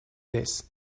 this